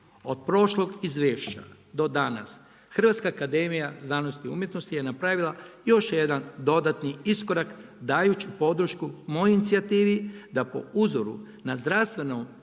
Od prošlog izvješća, do danas, Hrvatska akademija znanosti i umjetnosti je napravila još jedan dodatni iskorak dajući podršku mojoj inicijativi, da po uzoru na zdravstveno